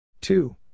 Two